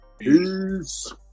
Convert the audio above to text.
Peace